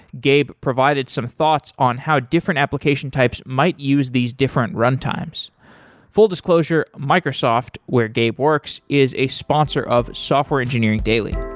gabe provided some thoughts on how different application types might use these different run times full disclosure, microsoft, where gabe works, is a sponsor of software engineering daily